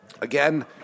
Again